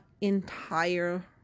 entire